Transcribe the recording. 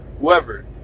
whoever